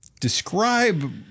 describe